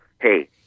hey